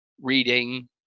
reading